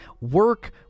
work